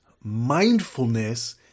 Mindfulness